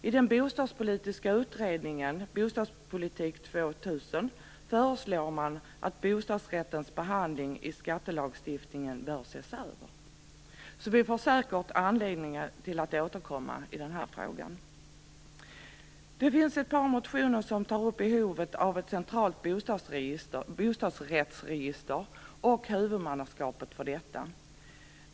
I den bostadspolitiska utredningen Bostadspolitik 2000 föreslår man att bostadsrättens behandling i skattelagstiftningen ses över. Så vi får säkert anledning att återkomma till denna fråga. Det finns ett par motioner som tar upp behovet av ett centralt bostadsrättsregister och huvudmannaskapet för detta.